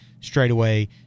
straightaway